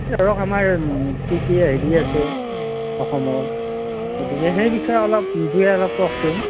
ধৰক আমাৰ কি কি হেৰি আছে অসমৰ গতিকে সেই বিষয়ে অলপ যিয়ে অলপ কওকচোন